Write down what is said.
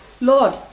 Lord